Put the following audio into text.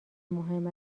مهم